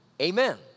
Amen